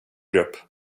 grupp